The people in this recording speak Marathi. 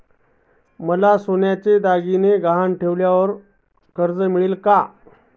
मला सोन्याचे दागिने गहाण ठेवल्यावर कर्ज मिळेल का?